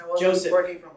Joseph